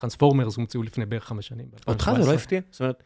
טרנספורמר הומצאו לפני בערך חמש שנים. אותך זה לא הפתיע.